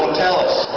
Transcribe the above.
tell us.